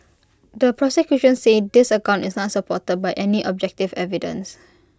the prosecution says this account is not supported by any objective evidence